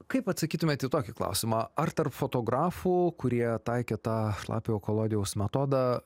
kaip atsakytumėt į tokį klausimą ar tarp fotografų kurie taikė tą šlapiojo kolodijaus metodą